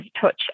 touch